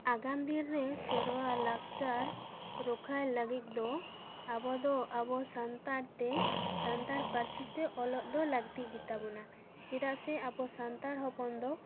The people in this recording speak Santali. ᱟᱜᱟᱢᱫᱤᱱ ᱨᱮ ᱥᱮᱨᱣᱟ ᱞᱟᱠᱪᱟᱨ ᱨᱚᱠᱷᱟᱭ ᱞᱟᱹᱜᱤᱫ ᱫᱚ ᱟᱵᱚ ᱫᱚ ᱟᱵᱚ ᱥᱟᱱᱛᱟᱲ ᱛᱮ ᱥᱟᱱᱛᱟᱲ ᱯᱟᱹᱨᱥᱤᱛᱮ ᱚᱞᱚᱜ ᱫᱚ ᱞᱟᱹᱠᱛᱤ ᱜᱮᱛᱟᱵᱚᱱᱟ ᱪᱮᱫᱟᱜ ᱥᱮ ᱟᱵᱚ ᱥᱟᱱᱛᱟᱲ ᱦᱚᱯᱚᱱ ᱫᱚ